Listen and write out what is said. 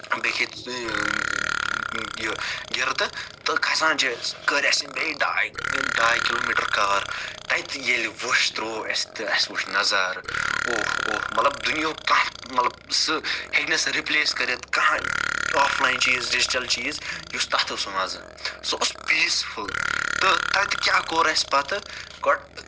بیٚیہِ کھے یہِ گردٕ تہٕ کھَسان چھِ أسۍ کٔرۍ اَسہِ یِم ڈاے ڈاے کلومیٖٹر کَوَر تتہِ ییٚلہِ ووٚش تروٚو اَسہِ تہٕ اَسہِ وُچھ نَظارٕ مَطلَب دُنیُہُک کانٛہہ مَطلَب سُہ ہیٚکہِ نہٕ سُہ رِپلیس کٔرِتھ کہنۍ آفلاین چیٖز ڈِجٹَل چیٖز یُس تتھ اوس سُہ مَزٕ سُہ اوس پیس فُل تہٕ تتہِ کیاہ کوٚر اَسہِ پَتہٕ گۄڈٕ